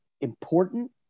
important